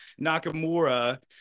Nakamura